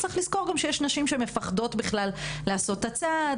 צריך לזכור שיש גם נשים שמפחדות לעשות את הצעד,